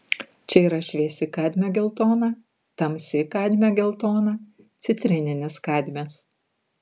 čia yra šviesi kadmio geltona tamsi kadmio geltona citrininis kadmis